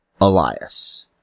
Elias